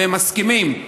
והם מסכימים.